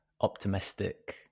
optimistic